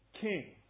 king